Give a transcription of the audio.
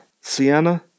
Sienna